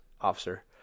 officer